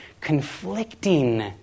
conflicting